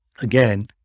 again